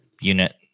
unit